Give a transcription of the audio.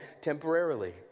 temporarily